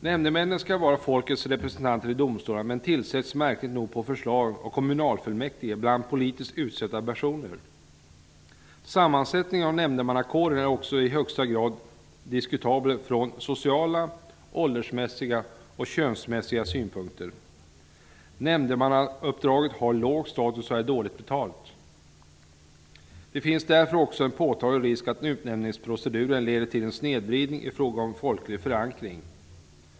Nämndemännen skall vara folkets representanter i domstolarna men tillsätts märkligt nog på förslag av kommunalfullmäktige bland politiskt utsedda personer. Sammansättningen av nämndemannakåren är också i högsta grad diskutabel från sociala, åldersmässiga och könsmässiga synpunkter. Nämndemannauppdraget har låg status och är dåligt betalt. Det finns därför också en påtaglig risk att utnämningsproceduren leder till en snedvridning i fråga om folklig förankring.